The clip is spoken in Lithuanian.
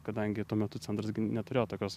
kadangi tuo metu centras gi neturėjo tokios